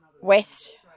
west